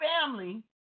family